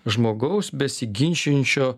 žmogaus besiginčijančio